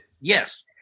Yes